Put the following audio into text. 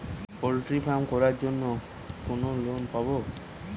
Poultry farm করার জন্য কোন লোন পাব?